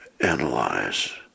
analyze